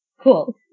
cool